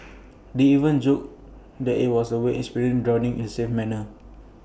they even joked that IT was A way experience drowning in A safe manner